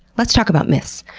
let's talk about myths.